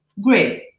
Great